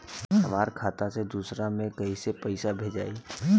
हमरा खाता से दूसरा में कैसे पैसा भेजाई?